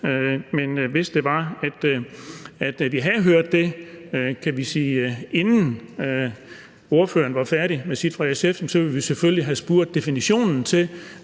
men hvis det var, at vi havde hørt det, inden ordføreren var færdig med talen, ville vi selvfølgelig have spurgt om, hvad definitionen er